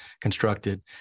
constructed